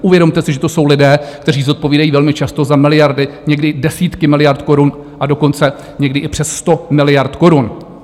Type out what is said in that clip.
Uvědomte si, že to jsou lidé, kteří zodpovídají velmi často za miliardy, někdy desítky miliard korun, a dokonce někdy i přes sto miliard korun.